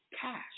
cash